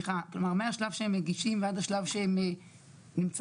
כלומר מהשלב שהם מגישים ועד השלב שהם נמצאים,